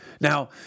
Now